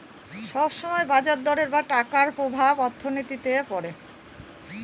সব সময় বাজার দরের বা টাকার প্রভাব অর্থনীতিতে পড়ে